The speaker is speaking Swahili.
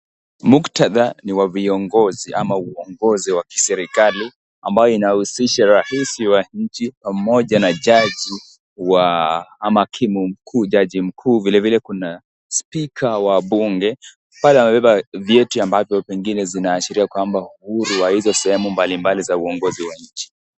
Muktadha ni ya viongozi au uongozi wa kiserikali ambayo inahusisha Rais wa nchi pamoja na jaji ama hakimu mkuu. Vile vile kuna spika wa Bunge. Pale wamebeba vyeti ambavyo pengine zinaashiria kwamba Uhuru wa hizo sehemu mbalimbali za uongozi wa nchi.